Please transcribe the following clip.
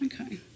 Okay